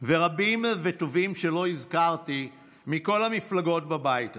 ורבים וטובים שלא הזכרתי מכל המפלגות בבית הזה.